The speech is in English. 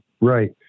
Right